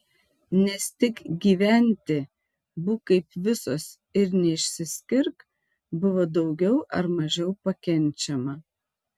nes tik gyventi būk kaip visos ir neišsiskirk buvo daugiau ar mažiau pakenčiama